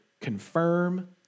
confirm